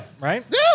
right